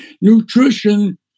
Nutrition